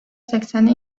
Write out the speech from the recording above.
sekseni